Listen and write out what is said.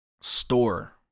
store